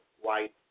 white